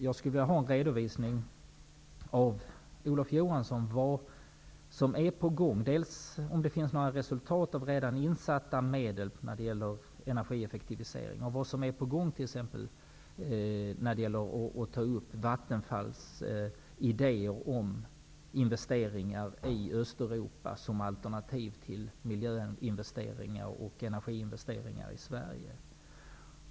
Jag skulle vilja ha en redovisning av Olof Johansson av vad som är på gång. Finns det några resultat av redan insatta medel när det gäller energieffektiviseringen? Vad är på gång när det t.ex. gäller att ta upp Vattenfalls idéer om investeringar i Östeuropa som alternativ till investeringar i miljö och energi i Sverige?